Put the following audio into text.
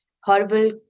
horrible